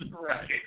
Right